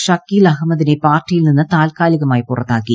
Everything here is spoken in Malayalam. ഷക്കീൽ അഹമ്മദിനെ പാർട്ടിയിൽ നിന്ന് താൽക്കാലികമായി പുറത്താക്കി